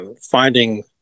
finding